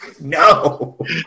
No